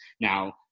now